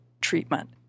treatment